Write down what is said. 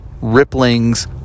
ripplings